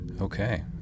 Okay